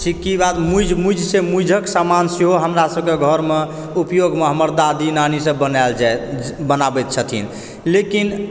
सिक्की बाद मूज मूजसॅं मूजक समान सेहो हमरा सबके घरमे उपयोगमे हमर दादी नानी सब बनाबै जाइ बनाबैत छथिन लेकिन